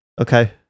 Okay